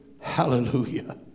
Hallelujah